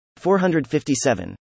457